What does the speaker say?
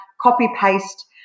copy-paste